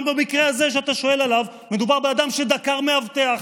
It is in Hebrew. במקרה הזה שאתה שואל עליו מדובר באדם שדקר מאבטח.